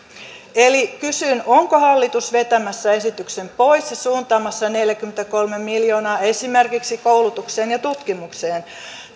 eli kysyn onko hallitus vetämässä esityksen pois ja suuntaamassa neljäkymmentäkolme miljoonaa esimerkiksi koulutukseen ja tutkimukseen